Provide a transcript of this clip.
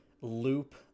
loop